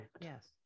Yes